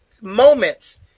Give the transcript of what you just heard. moments